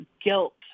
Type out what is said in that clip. guilt